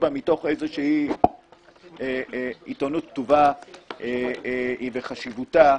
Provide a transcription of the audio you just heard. מתוך עיתונות כתובה וחשיבותה,